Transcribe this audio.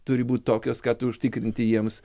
turi būt tokios kad užtikrinti jiems